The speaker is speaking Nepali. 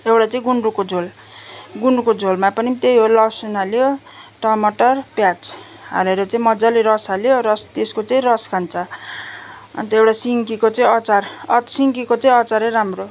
एउटा चाहिँ गुन्द्रुकको झोल गुन्द्रुकको झोलमा पनि त्यही हो लसुन हाल्यो टमाटर प्याज हालेर चाहिँ मज्जाले रस हाल्यो रस त्यसको चाहिँ रस खान्छ अन्त एउटा सिन्कीको चाहिँ अचार सिन्कीको चाहिँ अचारै राम्रो